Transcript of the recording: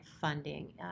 funding